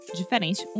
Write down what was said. diferente